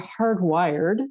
hardwired